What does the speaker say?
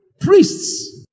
priests